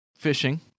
fishing